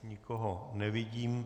Nikoho nevidím.